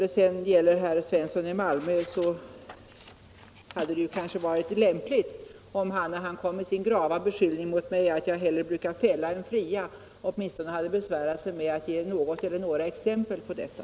Det hade kanske varit lämpligt om herr Svensson i Malmö, när han gjorde sin grava beskyllning mot mig att jag hellre brukar fälla än fria, åtminstone hade besvärat sig med att ge något exempel på detta.